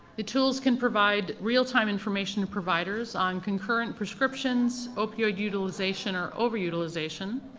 the tools can provide real-time information providers on concurrent prescriptions, opioid utilization or over-utilization,